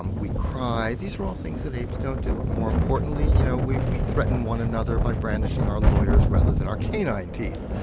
um we cry these are all things that apes don't do. and more importantly you know we we threaten one another by brandishing our lawyers rather than our canine teeth.